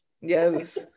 yes